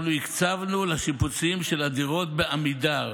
אנחנו הקצבנו לשיפוצים של הדירות בעמידר